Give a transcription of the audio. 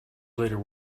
later